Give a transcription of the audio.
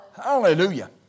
Hallelujah